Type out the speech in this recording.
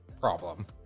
problem